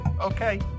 Okay